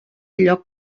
lloc